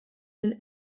den